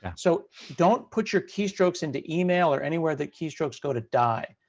so don't put your keystrokes into email or anywhere that keystrokes go to die.